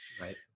Right